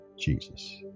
Jesus